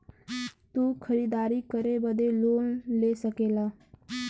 तू खरीदारी करे बदे लोन ले सकला